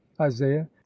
isaiah